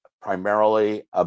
primarily